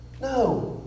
No